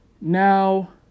Now